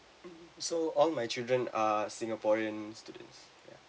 mm so all my children are singaporean citizen ya